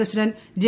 president J